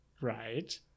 right